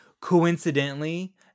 Coincidentally